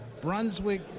Brunswick